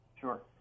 Sure